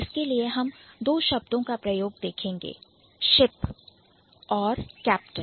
इसके लिए हम 2 शब्दों का प्रयोग देखेंगे Ship शिप और Captain कैप्टन